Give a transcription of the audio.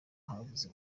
habuze